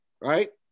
right